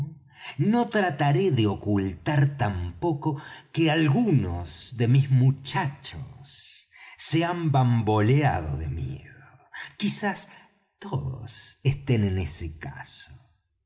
no trataré de ocultar tampoco que algunos de mis muchachos se han bamboleado de miedo quizás todos estén en ese caso